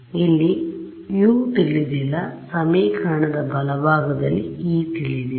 ಇಲ್ಲಿ u ತಿಳಿದಿಲ್ಲ ಸಮೀಕರಣದ ಬಲಬಾಗ ದಲ್ಲಿ e ತಿಳಿದಿದೆ